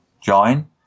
join